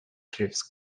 drifts